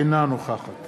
אינה נוכחת